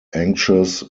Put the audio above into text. anxious